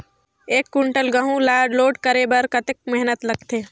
एक कुंटल गहूं ला ढोए बर कतेक मेहनत लगथे?